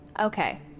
Okay